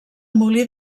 molí